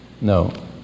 No